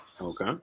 okay